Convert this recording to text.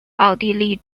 奥地利